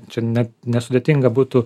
čia net nesudėtinga būtų